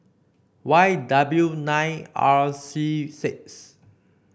Y W nine R C six